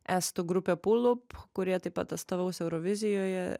estų grupė pulup kurie taip pat atstovaus eurovizijoje